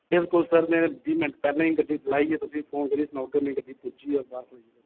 बिलकुल सर बीह् मिन्ट पैह्ले गै गड्डी लाइयै तुसेंगी सनाई ओड़ना कुत्थै लाई ओड़ी